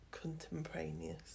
contemporaneous